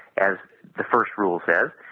as the first rules says,